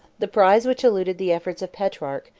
the prize which eluded the efforts of petrarch,